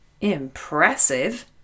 Impressive